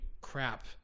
crap